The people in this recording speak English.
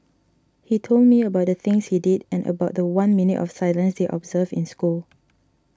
he told me about the things he did and about the one minute of silence they observed in school